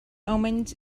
omens